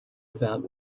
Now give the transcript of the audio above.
event